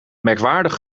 merkwaardig